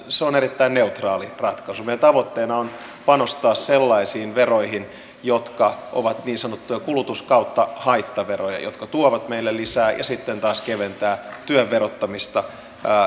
se on erittäin neutraali ratkaisu meidän tavoitteenamme on panostaa sellaisiin veroihin jotka ovat niin sanottuja kulutus tai haittaveroja jotka tuovat meille lisää ja sitten taas keventää työn verottamista